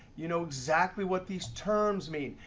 you know exactly what these terms mean.